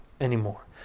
anymore